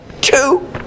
Two